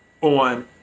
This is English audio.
on